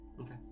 okay